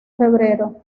febrero